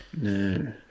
No